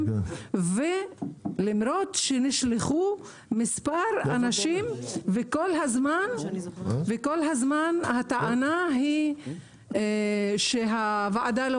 ולמרות שנשלחו מספר אנשים וכל הזמן הטענה היא שהוועדה לא